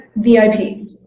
VIPs